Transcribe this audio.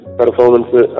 performance